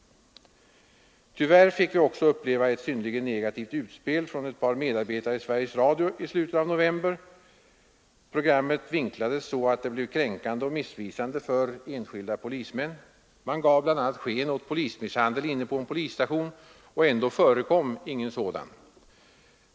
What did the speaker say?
Tyvärr fick vi också uppleva ett synnerligen negativt utspel från ett par medarbetare i Sveriges Radio i slutet av november. Programmet vinklades så att det blev kränkande och missvisande för enskilda polismän. Man gav bl.a. sken av polismisshandel inne på en polisstation, och ändå förekom ingen sådan.